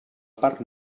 part